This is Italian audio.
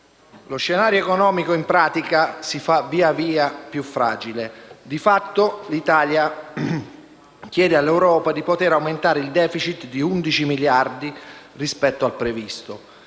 Lo scenario economico, in pratica, si fa via via più fragile. Di fatto, l'Italia chiede all'Europa di poter aumentare il *deficit* di 11 miliardi rispetto al previsto.